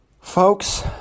Folks